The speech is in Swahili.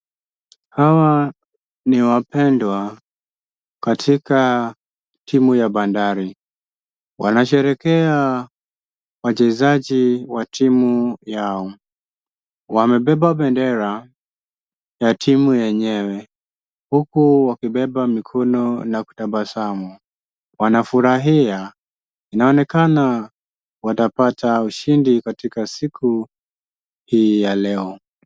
Hawa ni wapendwa katika timu ya Bandari wanasherekia wachezaji wa timu yao. Wamepepa pendera ya timu enyewe huku wakipepa mkono na kutabasamu. Wanafurahia inaonekana watapata ushindi katika siku hii ya leo.